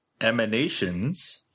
Emanations